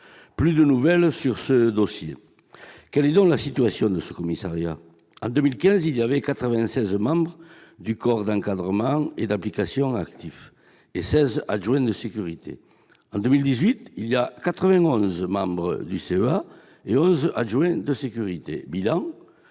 plus de nouvelles sur ce dossier. Quelle est donc la situation de ce commissariat ? En 2015, il comptait 96 membres du corps d'encadrement et d'application actifs, CEA, et 16 adjoints de sécurité. En 2018, on ne compte plus que 91 membres du CEA et 11 adjoints de sécurité. Bilan :